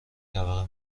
طبقه